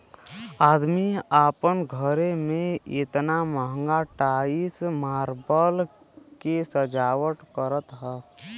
अदमी आपन घरे मे एतना महंगा टाइल मार्बल के सजावट करत हौ